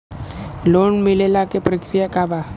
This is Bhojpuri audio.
लोन मिलेला के प्रक्रिया का बा?